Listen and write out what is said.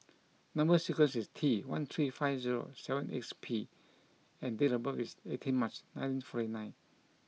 number sequence is T one three five zero seven eight six P and date of birth is eighteenth March nineteen forty nine